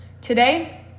Today